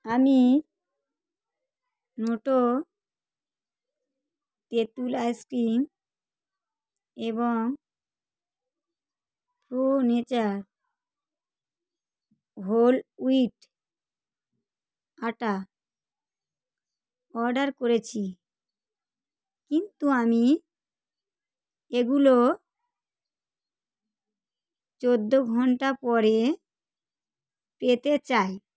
আমি নোটো তেঁতুল আইসক্রিম এবং প্রো নেচার হোল হুইট আটা অর্ডার করেছি কিন্তু আমি এগুলো চোদ্দ ঘন্টা পরে পেতে চাই